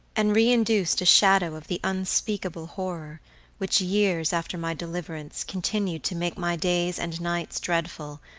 and reinduced a shadow of the unspeakable horror which years after my deliverance continued to make my days and nights dreadful,